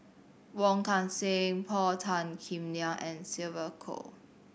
Wong Kan Seng Paul Tan Kim Liang and Sylvia Kho